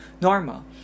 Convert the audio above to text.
normal